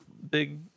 Big